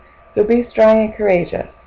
so be strong and courageous!